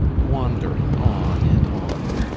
wandering on and on,